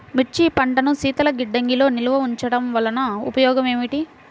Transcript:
మిర్చి పంటను శీతల గిడ్డంగిలో నిల్వ ఉంచటం వలన ఉపయోగం ఏమిటి?